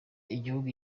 igihugu